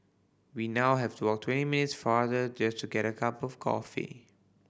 we now have to walk twenty minutes farther just to get a cup of coffee